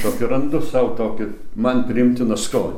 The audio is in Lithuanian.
tokį randu sau tokį man priimtiną skon